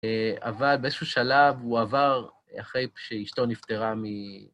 אבל באיזשהו שלב הוא עבר אחרי שאשתו נפטרה מ...